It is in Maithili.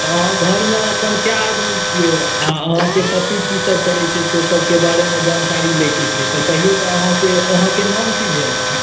अहाँ घरमे अपन कय आदमी छियै आ अहाँके पति की सभ करै छथि से सभके बारेमे जानकारी लैके छै तऽ कहियौ तऽ अहाँके नाम की भेल अपन